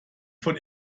von